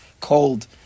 cold